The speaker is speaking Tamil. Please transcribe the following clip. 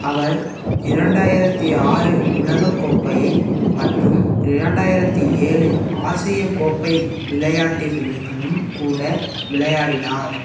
அவர் இரண்டாயிரத்து ஆறு உலகக்கோப்பையை மற்றும் இரண்டாயிரத்து ஏழு ஆசிய கோப்பை விளையாட்டுகளிலும் கூட விளையாடினார்